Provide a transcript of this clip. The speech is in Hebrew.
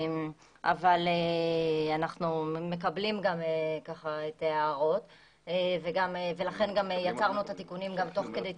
אבל אנחנו מקבלים את ההערות ולכן יצרנו את התיקונים גם תוך כדי תנועה.